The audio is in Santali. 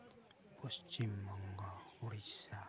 ᱯᱚᱥᱪᱤᱢ ᱵᱚᱝᱜᱚ ᱩᱲᱤᱥᱥᱟ